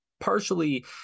partially